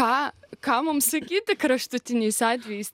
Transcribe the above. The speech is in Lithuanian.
na ką mums sakyti kraštutiniais atvejais